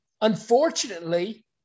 Unfortunately